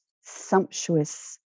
sumptuous